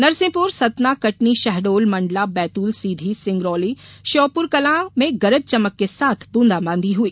नरसिंहपुर सतना कटनी शहडोल मंडला बैतूल सीधी सिंगरौली श्योपुरकला में गरज चमक के साथ बूंदा बांदी हुई